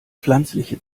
pflanzliche